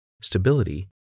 stability